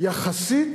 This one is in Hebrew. יחסית